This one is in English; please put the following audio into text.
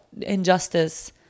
injustice